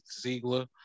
Ziegler